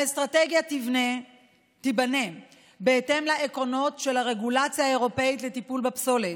האסטרטגיה תיבנה בהתאם לעקרונות של הרגולציה האירופית לטיפול בפסולת,